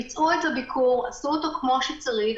ביצעו את הביקור, עשו אותו כמו שצריך,